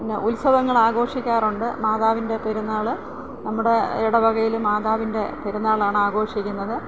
പിന്നെ ഉത്സവങ്ങൾ ആഘോഷിക്കാറുണ്ട് മാതാവിന്റെ പെരുന്നാൾ നമ്മുടെ ഇടവകയിൽ മാതാവിന്റെ പെരുന്നാളാണ് ആഘോഷിക്കുന്നത്